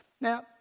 Now